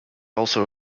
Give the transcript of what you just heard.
also